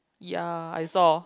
ya I saw